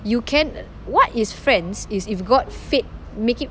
you can what is friends is if got fate make it